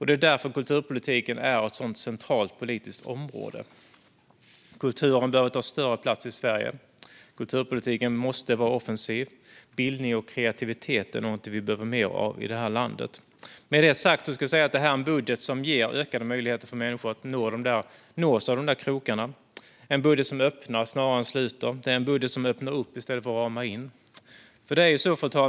Det är därför kulturpolitiken är ett så centralt politiskt område. Kulturen behöver ta större plats i Sverige. Kulturpolitiken måste vara offensiv. Bildning och kreativitet är något vi behöver mer av i detta land. Med detta sagt är det en budget som ger ökade möjligheter för människor att nås av de där krokarna, en budget som öppnar snarare än sluter, en budget som öppnar upp i stället för att rama in.